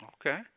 Okay